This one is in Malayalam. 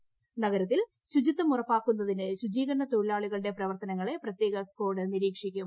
പ്രത്യേക നഗരത്തിൽ ഉറപ്പാക്കുന്നതിന് ശുചീകരണ തൊഴിലാളികളുടെ പ്രവർത്തനങ്ങള പ്രത്യേക സ്കാഡ് നിരീക്ഷിക്കും